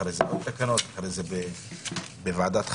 אחר כך בוועדת חריגים,